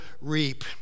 reap